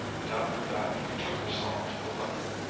and after that betook herself to the letter